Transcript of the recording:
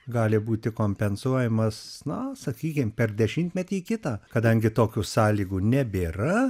gali būti kompensuojamas na sakykim per dešimtmetį kitą kadangi tokių sąlygų nebėra